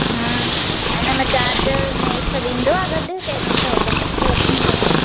हूं हिनमें चार्जर ने इए सभु ईंदो आहे ॻॾु की मूंखे वठिणो पवंदो